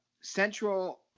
Central